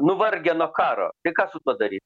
nuvargę nuo karo tai ką su tuo daryt